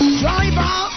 driver